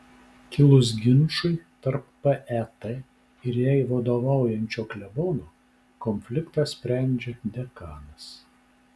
kilus ginčui tarp pet ir jai vadovaujančio klebono konfliktą sprendžia dekanas